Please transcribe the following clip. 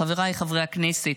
חבריי חברי הכנסת,